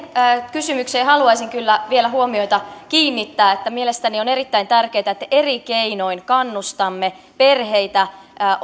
siihen kysymykseen haluaisin kyllä vielä huomioita kiinnittää että mielestäni on erittäin tärkeätä että eri keinoin kannustamme perheitä